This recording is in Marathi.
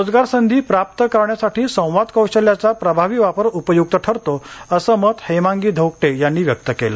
रोजगार संधी प्राप्त करण्यासाठी संवाद कौशल्याचा प्रभावी वापर उपयुक्त ठरतो असे मत हेमांगी धोकटे यांनी व्यक्त केले